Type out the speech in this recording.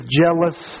jealous